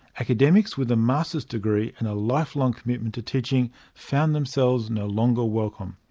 academics with a masters degree and a lifelong commitment to teaching found themselves no longer welcome.